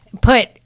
put